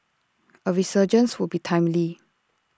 A resurgence would be timely